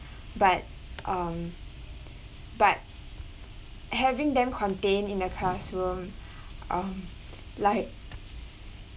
but um but having them contained in the classroom um like